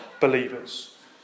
believers